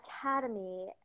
Academy